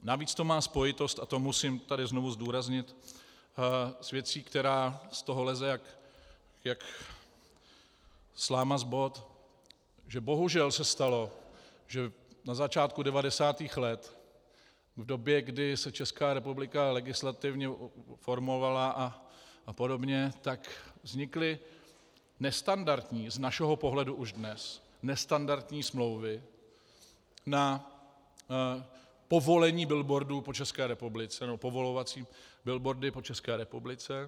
Navíc to má spojitost, a to musím tady znovu zdůraznit, s věcí, která z toho leze jak sláma z bot, že bohužel se stalo, že na začátku 90. let, v době, kdy se Česká republika legislativně formovala apod., tak vznikly nestandardní, z našeho pohledu už dnes, nestandardní smlouvy na povolení billboardů po České republice nebo povolovací billboardy po České republice.